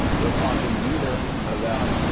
we're talking neither about